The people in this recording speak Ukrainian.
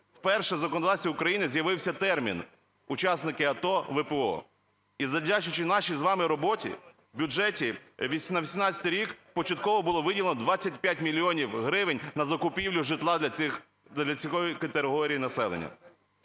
вперше в законодавстві України з'явився термін "учасники АТО, ВПО". І, завдячуючи нашій з вами роботі, в бюджеті на 18-й рік початково було виділено 25 мільйонів гривень на закупівлю житла для цієї категорії населення.